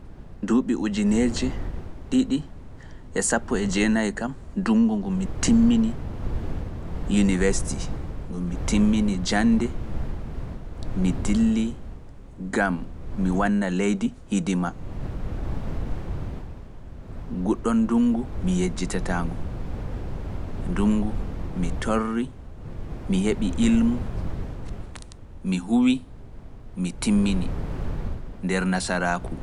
Duuɓi ujineeje ɗiɗi e sappo e jeenayi kam nduŋngu ngu mi timmini university, ngu mi timmini jannde, mi dilli ngam mi wanna leydi hidima, ngunɗon ndunngu mi yejjitataa-ngu. Ndunngu mi torrii, mi heɓii ilmu, mi huwi mi timmini nder Nasaraaku.